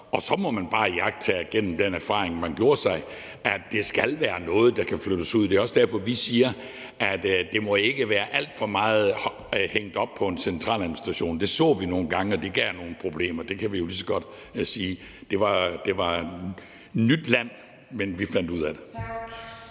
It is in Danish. Så må man bare iagttage gennem den erfaring, man gjorde sig, at det skal være noget, der kan flyttes ud. Det er også derfor, vi siger, at det ikke må være alt for meget hængt op på en centraladministration. Det så vi nogle gange, og det gav nogle problemer. Det kan vi jo lige så godt sige. Det var nyt land, men vi fandt ud af det.